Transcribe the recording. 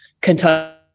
Kentucky